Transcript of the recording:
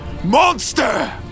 monster